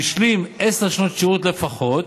והשלים עשר שנות שירות לפחות,